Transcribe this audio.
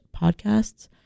podcasts